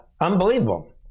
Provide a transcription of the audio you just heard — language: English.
unbelievable